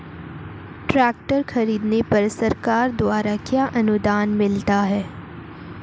Tractor खरीदने पर सरकार द्वारा क्या अनुदान मिलता है?